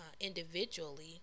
individually